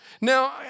Now